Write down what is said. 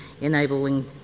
enabling